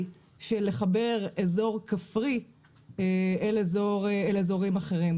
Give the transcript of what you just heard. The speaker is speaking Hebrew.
של לחבר אזור כפרי אל אזורים אחרים.